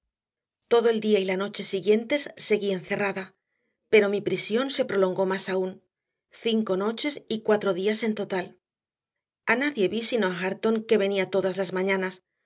todo el día y la noche siguientes seguí encerrada pero mi prisión se prolongó más aún cinco noches y cuatro días en total a nadie vi sino a hareton que venía todas las mañanas